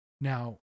now